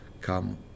come